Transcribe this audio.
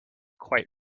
quite